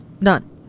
None